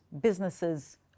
businesses